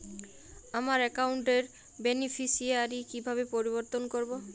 আমার অ্যাকাউন্ট র বেনিফিসিয়ারি কিভাবে পরিবর্তন করবো?